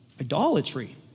Idolatry